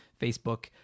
Facebook